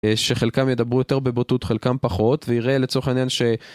שחלקם ידברו יותר בבוטות, חלקם פחות, ויראה לצורך העניין ש...